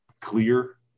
clear